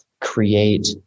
create